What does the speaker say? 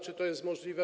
Czy to jest możliwe?